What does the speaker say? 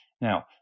Now